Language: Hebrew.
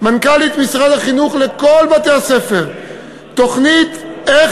מנכ"לית משרד החינוך לכל בתי-הספר תוכנית: איך